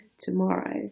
tomorrow